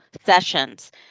sessions